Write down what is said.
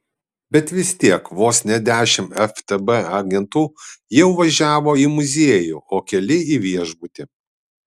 bet vis tiek vos ne dešimt ftb agentų jau važiavo į muziejų o keli į viešbutį